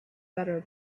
better